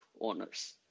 Owners